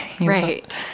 right